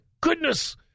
goodness